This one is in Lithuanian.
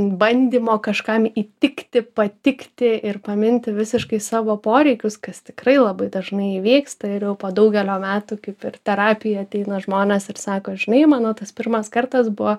bandymo kažkam įtikti patikti ir paminti visiškai savo poreikius kas tikrai labai dažnai įvyksta ir jau po daugelio metų kaip ir terapija ateina žmonės ir sako žinai mano tas pirmas kartas buvo